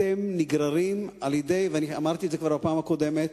אתם נגררים, אני אמרתי את זה כבר בפעם הקודמת,